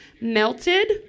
melted